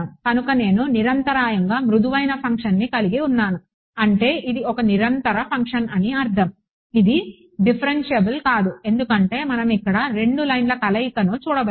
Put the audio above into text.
కనుక నేను నిరంతరాయంగా మృదువైన ఫంక్షన్ని కలిగి ఉన్నాను అంటే ఇది ఒక నిరంతర ఫంక్షన్ అని అర్థం ఇది డిఫ్ఫరెన్షియబుల్ కాదు ఎందుకంటే మనం ఇక్కడ 2 లైన్ల కలయికను చూడవచ్చు